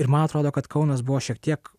ir man atrodo kad kaunas buvo šiek tiek